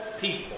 people